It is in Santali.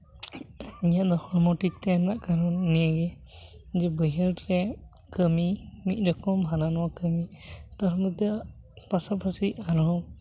ᱤᱧᱟᱹᱜ ᱫᱚ ᱦᱚᱲᱢᱚ ᱴᱷᱤᱠ ᱛᱟᱦᱮᱱ ᱨᱮᱭᱟᱜ ᱠᱟᱨᱚᱱ ᱱᱤᱭᱟᱹᱜᱮ ᱡᱮ ᱵᱟᱹᱭᱦᱟᱹᱲ ᱨᱮ ᱠᱟᱹᱢᱤ ᱢᱤᱫ ᱨᱚᱠᱚᱢ ᱦᱟᱱᱟᱼᱱᱟᱣᱟ ᱠᱟᱹᱢᱤ ᱛᱟᱨ ᱢᱚᱫᱽᱫᱷᱮ ᱯᱟᱥᱟᱼᱯᱟᱥᱤ ᱟᱨᱚ